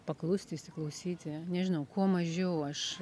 paklusti įsiklausyti nežinau kuo mažiau aš